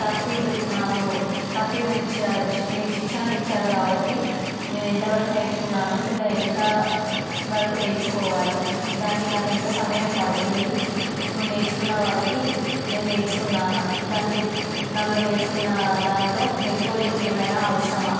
తర్ఫీదు నాకు తర్ఫీదుని ఇచ్చారు మీరు శిక్షణని ఇచ్చారు కాబట్టి నేను ఎంతవరకు నేర్చుకున్నానో ఇంకా ఎంతవరకు నేర్చుకోవాలి దానికి నాకు ఎంత సమయం పడుతుంది ఇప్పుడు నేర్చుకున్న వరకు నేను నేర్చుకున్నానా దానికి దానిలో నేర్చుకున్న దానిలో మెళుకువలు ఇంకేమైనా అవసరమా